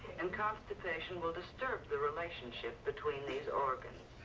and constipation will disturb the relationship between these organs.